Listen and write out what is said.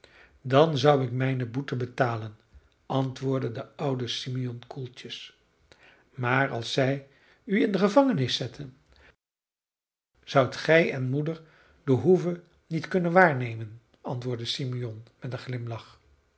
dan zou ik mijne boete betalen antwoordde de oude simeon koeltjes maar als zij u in de gevangenis zetten zoudt gij en moeder de hoeve niet kunnen waarnemen antwoordde simeon met een glimlach